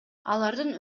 алардын